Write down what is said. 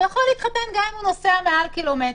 הוא יכול להתחתן גם אם הוא נוסע מעל קילומטר.